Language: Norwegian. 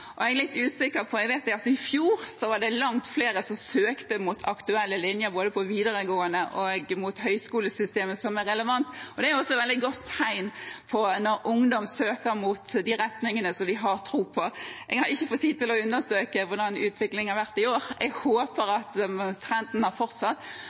Jeg vet at i fjor var det langt flere som søkte på aktuelle linjer både på videregående og i høyskolesystemet som er relevant. Det er et veldig godt tegn når ungdom søker mot de retningene som de har tro på. Jeg har ikke fått tid til å undersøke hvordan utviklingen har vært i år. Jeg håper